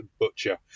Butcher